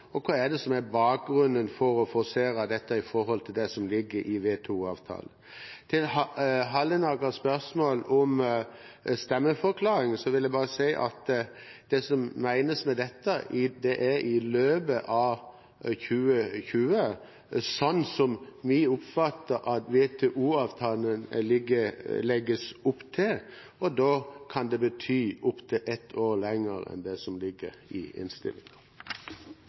det er forsvarlig? Og hva er bakgrunnen for å forsere dette i forhold til det som ligger i WTO-avtalen? Til Hallerakers spørsmål om stemmeforklaring vil jeg bare si at det som menes med dette, er i løpet av 2020, slik som vi oppfatter at WTO-avtalen legger opp til. Da kan det bety opptil ett år lenger enn det som står i